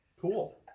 Cool